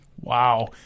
Wow